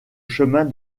chemin